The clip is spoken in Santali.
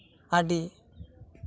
ᱟᱹᱰᱤ